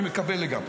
אני מקבל לגמרי.